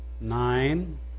nine